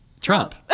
Trump